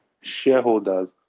shareholders